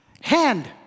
hand